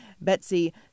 Betsy